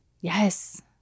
Yes